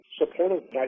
supportive